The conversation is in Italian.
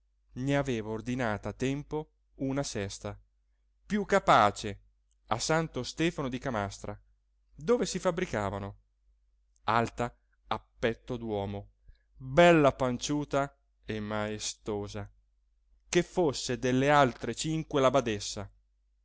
ne aveva ordinata a tempo una sesta più capace a santo stefano di camastra dove si fabbricavano alta a petto d'uomo bella panciuta e maestosa che fosse delle altre cinque la badessa